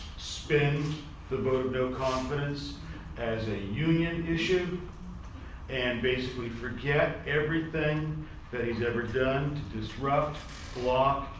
spin the vote of no confidence as a union issue and basically forget everything that he's ever done to disrupt, block,